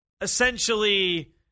essentially